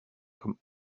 comme